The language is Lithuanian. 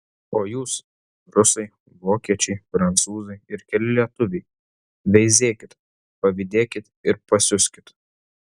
o jūs rusai vokiečiai prancūzai ir keli lietuviai veizėkit pavydėkit ir pasiuskit